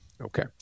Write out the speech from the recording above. Okay